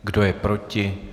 Kdo je proti?